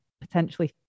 potentially